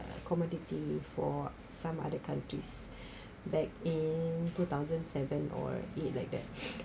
commodity for some other countries back in two thousand seven or eight like that